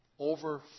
Over